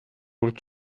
hulk